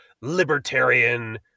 libertarian